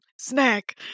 snack